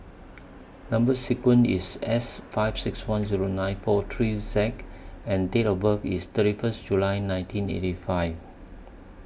Number sequence IS S five six one Zero nine four three Z and Date of birth IS thirty First July nineteen eighty five